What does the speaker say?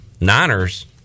Niners